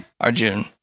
Arjun